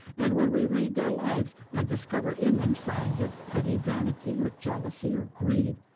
and when we read their lives, and discover in them signs of petty vanity or jealousy or greed,